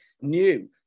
new